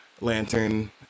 lantern